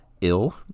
ill